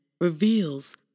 reveals